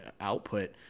output